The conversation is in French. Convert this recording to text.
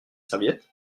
serviettes